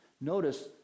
Notice